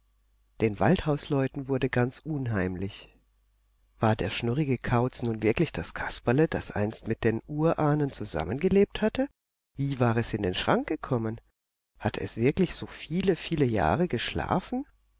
den waldhausleuten wurde es ganz unheimlich war der schnurrige kauz nun wirklich das kasperle das einst mit den urahnen zusammengelebt hatte wie war es in den schrank gekommen hatte es wirklich so viele viele jahre geschlafen